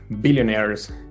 billionaires